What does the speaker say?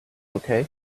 okay